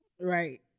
right